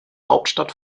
hauptstadt